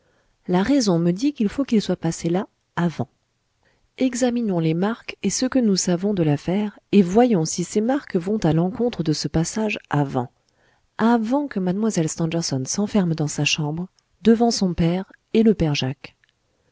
la raison me dit qu il faut qu'il soit passé là avant examinons les marques et ce que nous savons de l'affaire et voyons si ces marques vont à l'encontre de ce passage avant avant que mlle stangerson s'enferme dans sa chambre devant son père et le père jacques